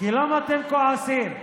למה אתם כועסים?